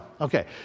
Okay